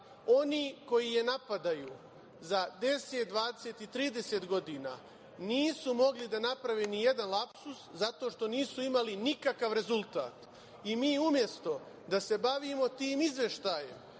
Oni koji je napadaju, za 10, 20, 30 godina nisu mogli da naprave nikakav lapsus zato što nisu imali nikakav rezultat. Umesto da se bavimo tim izveštajem,